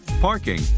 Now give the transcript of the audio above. parking